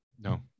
No